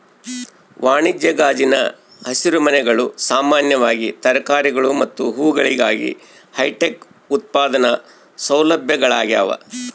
ವಾಣಿಜ್ಯ ಗಾಜಿನ ಹಸಿರುಮನೆಗಳು ಸಾಮಾನ್ಯವಾಗಿ ತರಕಾರಿಗಳು ಮತ್ತು ಹೂವುಗಳಿಗಾಗಿ ಹೈಟೆಕ್ ಉತ್ಪಾದನಾ ಸೌಲಭ್ಯಗಳಾಗ್ಯವ